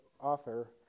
offer